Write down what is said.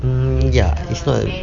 um ya it's not a